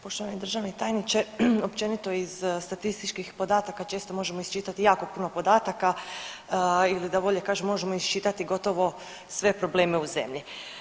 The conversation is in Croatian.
Poštovani državni tajniče općenito iz statističkih podataka često možemo iščitati jako puno podataka ili bolje da kažemo možemo iščitati gotovo sve probleme u zemlji.